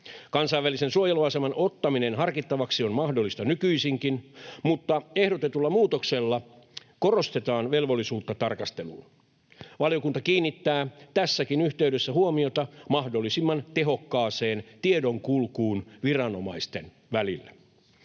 Kansainvälisen suojeluaseman ottaminen harkittavaksi on mahdollista nykyisinkin, mutta ehdotetulla muutoksella korostetaan velvollisuutta tarkasteluun. Valiokunta kiinnittää tässäkin yhteydessä huomiota mahdollisimman tehokkaaseen tiedonkulkuun viranomaisten välillä.